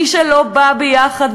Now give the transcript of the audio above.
מי שלא בא ביחד,